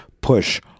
Push